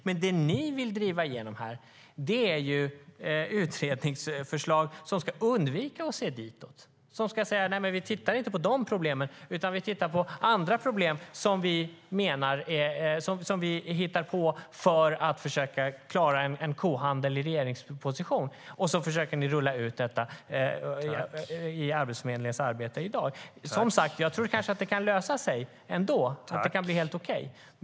Men vad ni vill driva igenom här är utredningsförslag som ska undvika att se ditåt, som ska säga: Nej, vi tittar inte på de problemen utan på andra problem som vi hittar på, för att försöka klara en kohandel i regeringsposition, och så försöker ni rulla ut det i Arbetsförmedlingens arbete i dag. Jag tror som sagt att det kanske ändå kan lösa sig och bli helt okej.